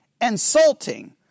insulting